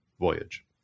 voyage